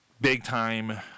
big-time